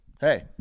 hey